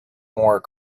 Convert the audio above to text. more